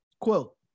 quote